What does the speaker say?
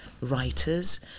writers